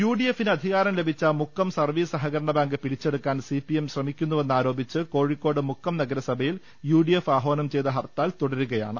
യുഡിഎഫിന് അധികാരം ലഭിച്ച മുക്കം സർവീസ് സഹകരണ ബാങ്ക് പിടിച്ചെടുക്കാൻ സിപിഎം ശ്രമിക്കുന്നുവെന്ന് ആരോപിച്ച് കോഴിക്കോട് മുക്കം നഗരസഭയിൽ യുഡിഎഫ് ആഹ്വാനം ചെയ്ത ഹർത്താൽ തുടരുന്നു